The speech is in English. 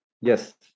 yes